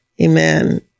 Amen